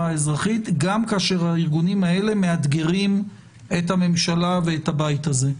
האזרחית גם כאשר הארגונים האלה מאתגרים את הממשלה ואת הבית הזה.